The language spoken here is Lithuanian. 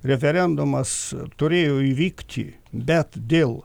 referendumas turėjo įvykti bet dėl